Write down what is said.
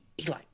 Eli